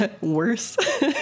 worse